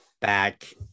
back